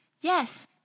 Yes